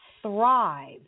Thrive